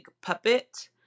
puppet